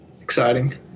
exciting